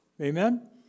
amen